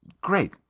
Great